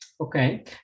okay